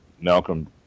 Malcolm